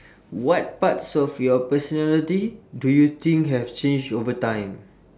what parts of your personality do you think have changed over time